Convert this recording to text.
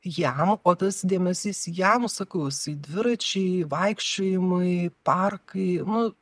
jam o tas dėmesys jam sakau jisai dviračiai vaikščiojimai parkai nu